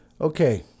Okay